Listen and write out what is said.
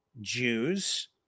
Jews